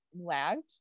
lagged